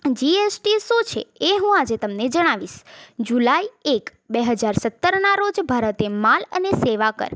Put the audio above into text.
જી S T શું છે એ હું આજે તમને જણાવીશ જુલાઈ એક બે હજાર સત્તરના રોજ ભારતે માલ અને સેવા કર